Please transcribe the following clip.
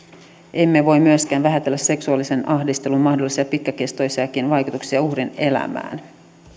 emme voi myöskään vähätellä seksuaalisen ahdistelun mahdollisia pitkäkestoisiakin vaikutuksia uhrin elämään